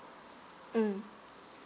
mm